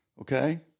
Okay